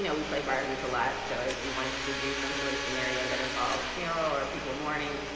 you know we played rabie the lab. so if she wanted to do some sort of scenario that involves farrell or people mourning,